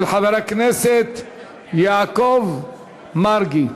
של חבר הכנסת יעקב מרגי.